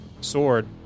sword